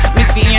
Missy